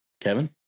Kevin